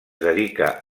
dedica